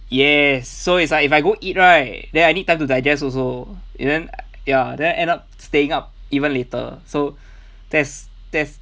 yes so it's like if I go eat right then I need time to digest also and then ya then end up staying up even later so that's that's